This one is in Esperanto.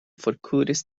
forkuris